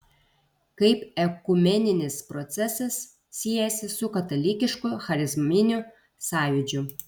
kaip ekumeninis procesas siejasi su katalikišku charizminiu sąjūdžiu